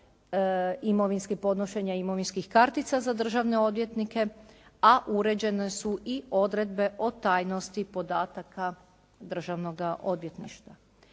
imovinskih, podnošenja imovinskih kartica za državne odvjetnike, a u ređene su i odredbe o tajnosti podataka Državnoga odvjetništva.